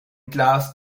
classe